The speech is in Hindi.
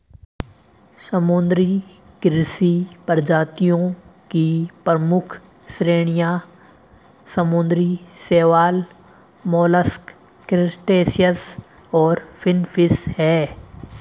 समुद्री कृषि प्रजातियों की प्रमुख श्रेणियां समुद्री शैवाल, मोलस्क, क्रस्टेशियंस और फिनफिश हैं